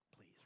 Please